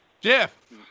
Jeff